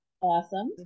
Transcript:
Awesome